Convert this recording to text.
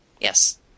Yes